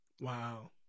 Wow